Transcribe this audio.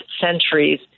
centuries